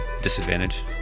Disadvantage